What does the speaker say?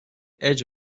edge